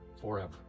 forever